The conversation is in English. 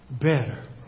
better